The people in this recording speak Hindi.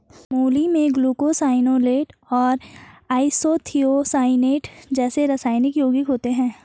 मूली में ग्लूकोसाइनोलेट और आइसोथियोसाइनेट जैसे रासायनिक यौगिक होते है